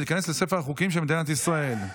ותיכנס לספר החוקים של מדינת ישראל.